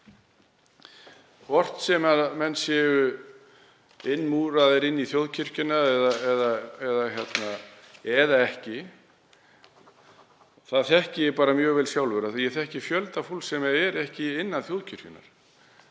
hvort sem menn eru innmúraðir inn í þjóðkirkjuna eða ekki — það þekki ég mjög vel sjálfur af því að ég þekki fjölda fólks sem er ekki innan þjóðkirkjunnar